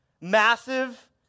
massive